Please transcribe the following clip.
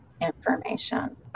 information